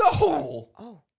No